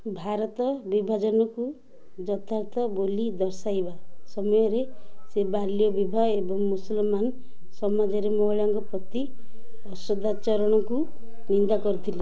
ଭାରତ ବିଭାଜନକୁ ଯଥାର୍ଥ ବୋଲି ଦର୍ଶାଇବା ସମୟରେ ସେ ବାଲ୍ୟ ବିବାହ ଏବଂ ମୁସଲମାନ ସମାଜରେ ମହିଳାଙ୍କ ପ୍ରତି ଅସଦାଚରଣକୁ ନିନ୍ଦା କରିଥିଲେ